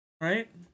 right